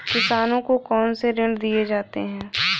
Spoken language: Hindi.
किसानों को कौन से ऋण दिए जाते हैं?